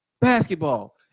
basketball